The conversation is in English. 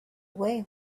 away